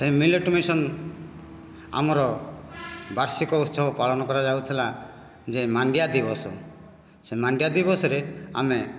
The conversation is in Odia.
ଏ ମିଲେଟ୍ ମିଶନ୍ ଆମର ବାର୍ଷିକ ଉତ୍ସବ ପାଳନ କରାଯାଉଥିଲା ଯେଉଁ ମାଣ୍ଡିଆ ଦିବସ ସେହି ମାଣ୍ଡିଆ ଦିବସରେ ଆମେ